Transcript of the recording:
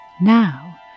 Now